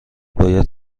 باید